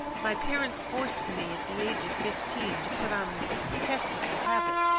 my parents forced me at the age of fifteen to put on this detestable habit,